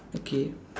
okay